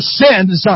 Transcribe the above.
sins